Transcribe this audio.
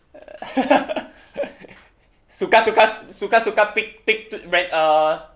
suka-suka suka-suka pick pick pick ra~ uh